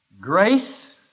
Grace